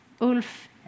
Ulf